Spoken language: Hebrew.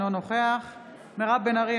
אינו נוכח מירב בן ארי,